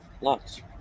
Lots